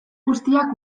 guztiak